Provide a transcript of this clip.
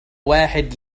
واحد